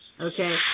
Okay